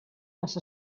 les